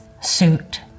suit